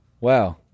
Wow